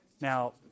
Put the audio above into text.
Now